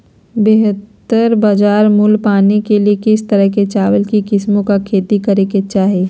बेहतर बाजार मूल्य पाने के लिए किस तरह की चावल की किस्मों की खेती करे के चाहि?